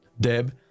deb